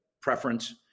preference